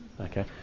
Okay